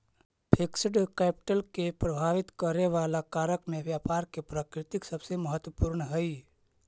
fixed capital के प्रभावित करे वाला कारक में व्यापार के प्रकृति सबसे महत्वपूर्ण हई